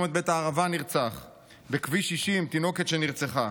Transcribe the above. בצומת בית הערבה, נרצח, בכביש 60, תינוקת שנרצחה,